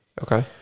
Okay